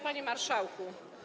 Panie Marszałku!